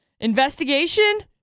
Investigation